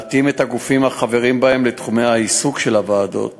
להתאים את הגופים החברים בהן לתחומי העיסוק של הוועדות